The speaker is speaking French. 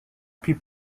puis